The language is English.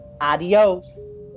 adios